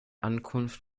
ankunft